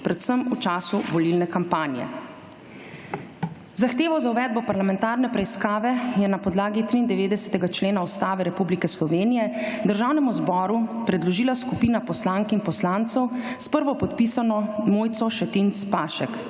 PREDVSEM V ČASU VOLILNE KAMPANJE. Zahtevo za uvedbo parlamentarne je na podlagi 93. člena Ustave Republike Slovenije Državnemu zboru predložila skupina poslank in poslancev s prvopodpisano Mojco Šetinc Pašek.